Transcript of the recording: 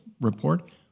Report